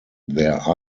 their